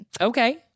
Okay